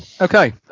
Okay